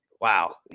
Wow